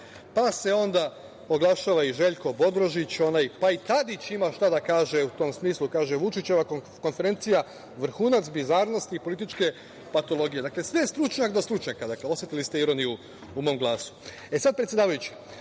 Pa se onda oglašava i Željko Bodrožić, pa i Tadić ima šta da kaže u tom smislu, kaže – Vučićeva konferencija vrhunac bizarnosti političke patologije. Dakle, sve stručnjak do stručnjaka. Osetili ste ironiju u mom glasu.E, sada predsedavajući,